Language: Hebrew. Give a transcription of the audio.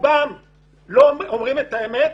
רובם אומרים את האמת.